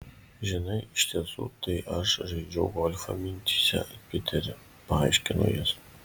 žinai iš tiesų tai aš žaidžiau golfą mintyse piteri paaiškino jis